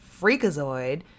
freakazoid